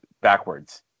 backwards